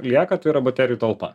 lieka tai yra baterijų talpa